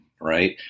Right